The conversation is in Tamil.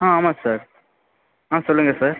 ஆ ஆமாம் சார் ஆ சொல்லுங்கள் சார்